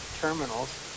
terminals